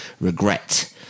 regret